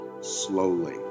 slowly